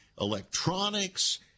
electronics